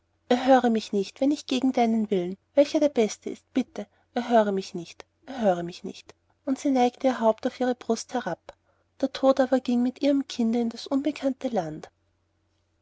erhöre mich nicht wenn ich gegen deinen willen welcher der beste ist bitte erhöre mich nicht erhöre mich nicht und sie neigte ihr haupt auf ihre brust herab der tod aber ging mit ihrem kinde in das unbekannte land